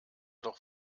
doch